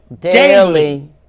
daily